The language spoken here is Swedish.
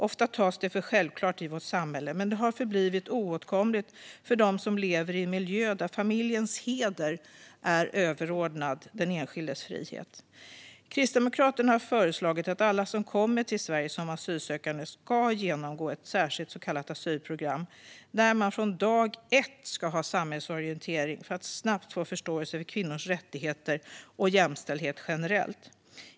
Ofta tas detta för självklart i vårt samhälle, men det har förblivit oåtkomligt för dem som lever i en miljö där familjens heder är överordnad den enskildes frihet. Kristdemokraterna har föreslagit att alla som kommer till Sverige som asylsökande ska genomgå ett särskilt så kallat asylprogram, där man från dag ett ska få samhällsorientering för att snabbt få förståelse för kvinnors rättigheter och jämställdhet generellt.